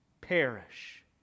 perish